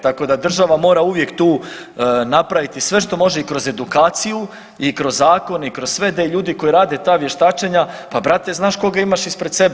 Tako da država mora uvijek tu napraviti sve što može i kroz edukaciju i kroz zakone i kroz sve da i ljudi koji rade ta vještačenja pa brate znaš koga imaš ispred sebe.